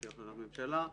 על פי החלטת ממשלה.